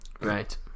Right